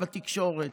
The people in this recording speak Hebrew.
בתקשורת,